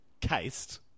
cased